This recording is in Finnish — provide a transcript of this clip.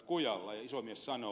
iso mies sanoo